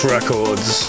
Records